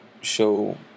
show